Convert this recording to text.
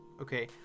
okay